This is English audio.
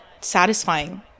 satisfying